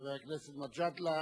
חבר הכנסת מג'אדלה.